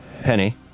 Penny